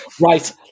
Right